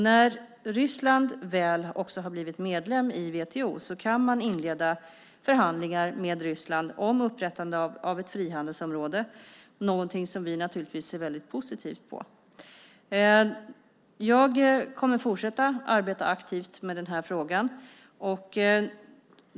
När Ryssland väl också har blivit medlem i WTO kan man inleda förhandlingar med Ryssland om upprättande av ett frihandelsområde, någonting som vi naturligtvis ser väldigt positivt på. Jag kommer att fortsätta att arbeta aktivt med den här frågan.